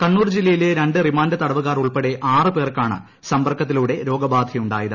കണ്ണൂർ ജില്ലയിലെ രണ്ട് റിമാന്റ് തടവുകാർ ഉൾപ്പെടെ ആറ് പേർക്കാണ് സമ്പർക്കത്തിലൂടെ രോഗബാധയുണ്ടായത്